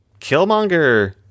Killmonger –